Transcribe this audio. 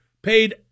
Paid